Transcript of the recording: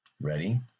Ready